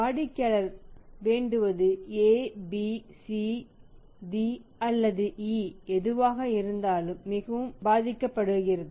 வாடிக்கையாளர் வேண்டுவது A B C D அல்லது E எதுவாக இருந்தாலும் மிகவும் பாதிக்கப்படுகிறது